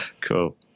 Cool